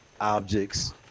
objects